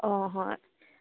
অঁ হয়